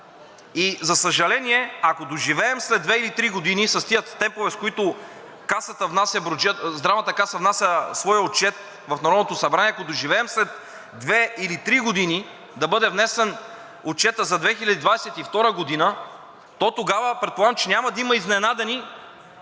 За съжаление, ако доживеем след две или три години с тези темпове, с които Касата внася своя отчет в Народното събрание, ако доживеем след две или три години да бъде внесен Отчетът за 2022 г., то тогава предполагам, че няма да има изненадани,